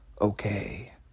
okay